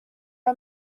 are